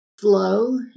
Flow